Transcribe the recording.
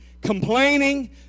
complaining